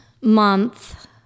month